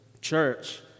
Church